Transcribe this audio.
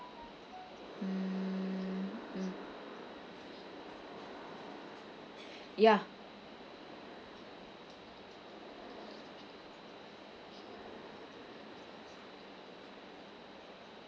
mm mm ya